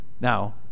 Now